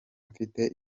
mfite